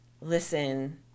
listen